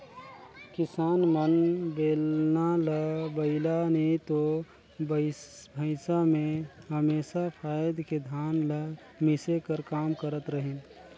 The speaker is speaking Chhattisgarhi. किसान मन बेलना ल बइला नी तो भइसा मे हमेसा फाएद के धान ल मिसे कर काम करत रहिन